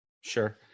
Sure